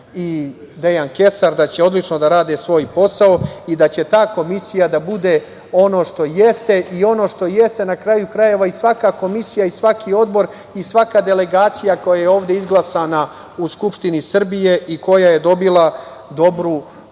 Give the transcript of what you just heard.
i Dejan Kesar, da će odlično da rade svoj posao i da će ta komisija da bude ono što jeste i što jeste na kraju krajeva, i svaka komisija i svaki odbor i svaka delegacija koja je ovde izglasana u Skupštini Srbiji i koja je dobila dobru potporu